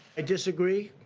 disagree